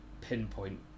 pinpoint